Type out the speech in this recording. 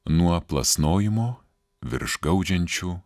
nuo plasnojimo virš gaudžiančių